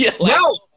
no